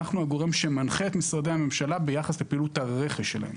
אנחנו הגורם שמנחה את משרדי הממשלה ביחס לפעילות הרכש שלהם,